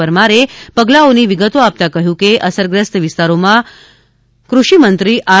પરમારે પગલાંઓની વિગતો આપતાં કહ્યું કે અસરગ્રસ્ત વિસ્તારોમાં કૃષિ મંત્રી શ્રી આર